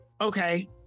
Okay